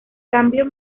cambio